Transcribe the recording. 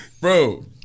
Bro